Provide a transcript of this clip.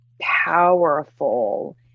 powerful